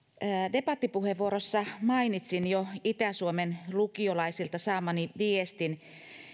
debattipuheenvuorossa mainitsin jo itä suomen lukiolaisilta saamani viestin